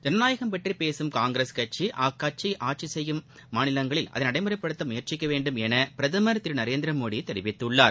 ஜனநாயகம் பற்றி பேசும் காங்கிரஸ் கட்சி அக்கட்சியின் ஆட்சி நடைபெறம் மாநிலங்களில் அதை நடைமுறைப்படுத்த முயற்சிக்க வேண்டும் என பிரதமர் திரு நரேந்திர மோடி தெரிவித்துள்ளார்